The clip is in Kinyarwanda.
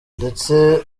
ndetse